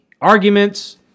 arguments